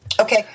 okay